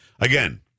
Again